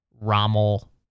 Rommel